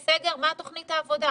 מה תכנית העבודה.